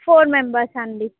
four members అండి